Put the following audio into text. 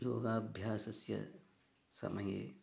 योगाभ्यासस्य समये